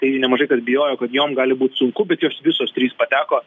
tai nemažai kas bijojo kad jom gali būt sunku bet jos visos trys pateko